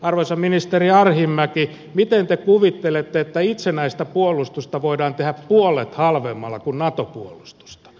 arvoisa ministeri arhinmäki miten te kuvittelette että itsenäistä puolustusta voidaan tehdä puolet halvemmalla kuin nato puolustusta